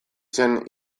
zen